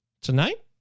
tonight